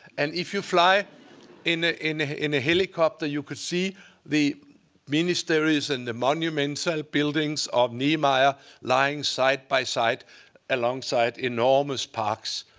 and if you fly in ah in a helicopter, you can see the ministries and the monumental buildings of niemeyer lying side by side alongside enormous parks.